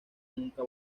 nunca